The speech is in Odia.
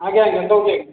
ଆଜ୍ଞା ଆଜ୍ଞା କହୁଛି ଆଜ୍ଞା